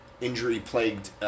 injury-plagued